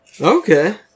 Okay